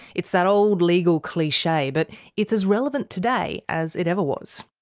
it's that old legal cliche. but it's as relevant today as it ever was.